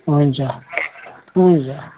हुन्छ हुन्छ